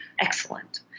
excellent